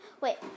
Wait